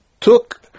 took